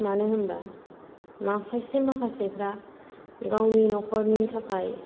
मानो होनबा खायसे माखासेफोरा गावनि नखरनि थाखाय